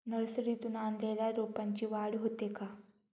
नर्सरीतून आणलेल्या रोपाची वाढ होते का?